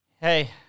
hey